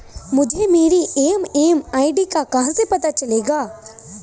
मुझे मेरी एम.एम.आई.डी का कहाँ से पता चलेगा?